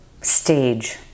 Stage